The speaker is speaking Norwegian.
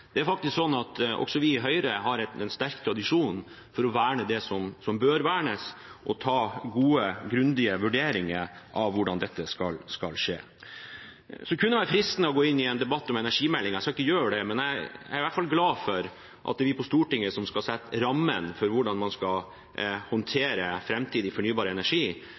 Det er faktisk slik at også vi i Høyre har en sterk tradisjon for å verne det som bør vernes, og ta gode, grundige vurderinger av hvordan dette skal skje. Det kunne være fristende å gå inn i en debatt om energimeldingen. Jeg skal ikke gjøre det, men jeg er i hvert fall glad for at det er vi på Stortinget som skal sette rammen for hvordan man skal håndtere framtidig fornybar energi.